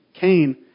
Cain